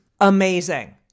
amazing